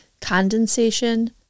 Condensation